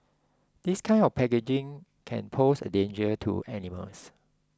this kind of packaging can pose a danger to animals